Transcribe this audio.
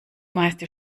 meiste